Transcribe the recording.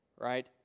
right